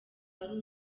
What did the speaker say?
ari